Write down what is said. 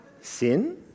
Sin